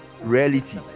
reality